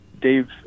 Dave